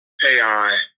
AI